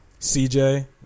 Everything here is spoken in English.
CJ